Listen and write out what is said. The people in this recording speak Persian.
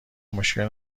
مشکل